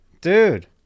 dude